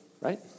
right